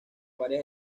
varias